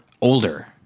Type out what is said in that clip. older